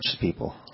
people